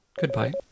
Goodbye